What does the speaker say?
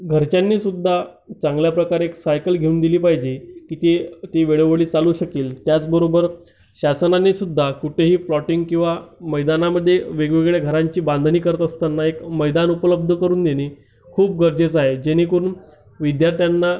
घरच्यांनीसुद्धा चांगल्याप्रकारे एक सायकल घेऊन दिली पाहिजे की ती ती वेळोवेळी चालू शकेल त्याचबरोबर शासनानेसुद्धा कुठेही प्लॉटिंग किंवा मैदानामध्ये वेगवेगळ्या घरांची बांधणी करत असताना एक मैदान उपलब्ध करून देणे खूप गरजेचं आहे जेणेकरून विद्यार्थ्यांना